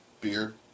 beer